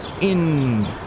in-